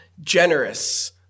generous